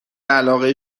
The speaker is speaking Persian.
علاقه